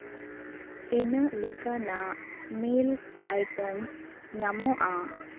ᱛᱤᱱᱟᱹᱜ ᱞᱮᱠᱟᱱᱟᱜ milk items ᱧᱟᱢᱚᱜᱼᱟ